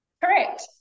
Correct